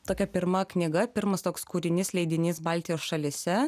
tokia pirma knyga pirmas toks kūrinys leidinys baltijos šalyse